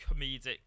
comedic